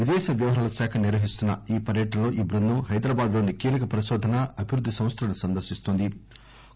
విదేశ వ్యవహారాల శాఖ నిర్వహిస్తున్న ఈ పర్యటన లో ఈ బృందం హైదరాబాద్ లోని కీలక పరిశోధన అభివృద్ది సంస్థలను సందర్శిస్తోంది